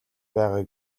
байгаа